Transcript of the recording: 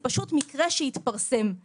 זה פשוט מקרה שהתפרסם.